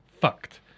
fucked